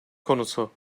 konusu